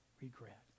regret